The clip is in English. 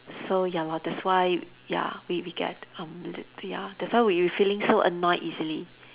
so ya lor that's why ya we we get um l~ ya that's why we we feeling so annoyed easily